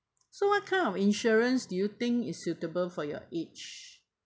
so what kind of insurance do you think is suitable for your age